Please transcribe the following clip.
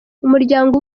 umuryango